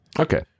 okay